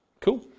Cool